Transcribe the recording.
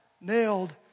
nailed